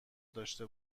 داشته